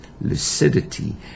lucidity